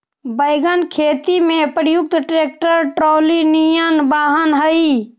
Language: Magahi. वैगन खेती में प्रयुक्त ट्रैक्टर ट्रॉली निअन वाहन हई